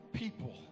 people